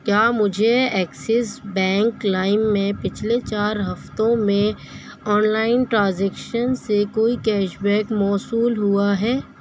کیا مجھے Axis Bank لائم میں پچھلے چار ہفتوں میں آن لائن ٹرانزیکشن سے کوئی کیش بیک موصول ہوا ہے